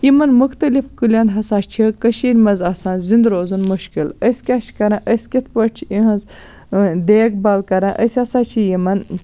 یِمن مُختلِف کُلٮ۪ن ہسا چھِ کٔشیٖرِ منٛز آسان زِنٛدٕ روزُن مُشکِل أسۍ کیاہ چھِ کَران أسۍ کِتھ پٲٹھۍ چھِ یِہِنٛز دیکھ بال کران أسۍ ہسا چھِ یِمن